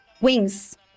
wings